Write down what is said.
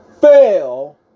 fail